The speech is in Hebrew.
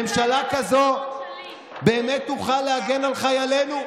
ממשלה כזאת באמת תוכל להגן על חיילינו?